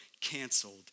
canceled